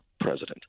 president